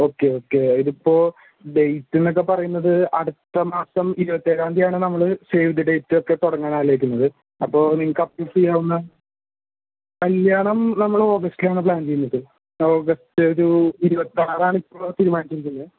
okay okay ഇതിപ്പോൾ date എന്നൊക്കെ പറയുന്നത് അടുത്ത മാസം ഇരുപത്തി ഏഴാം തീയതിയാണ് നമ്മൾ സേവ് ദി ഡേറ്റ് ഒക്കെ തുടങ്ങാൻ ആലോചിക്കുന്നതു അപ്പോൾ നിങ്ങൾക്ക് എപ്പോൾ ചെയ്യണം എന്ന് കല്യാണം നമ്മൾ ഓഗസ്റ്റിലാണ് പ്ലാൻ ചെയ്യുന്നത് ഓഗസ്റ്റ് ഒരു ഇരുപത്താറാണ് ഇപ്പോൾ തീരുമാനിച്ചിരിക്കുന്നത്